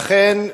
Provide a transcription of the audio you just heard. ואכן,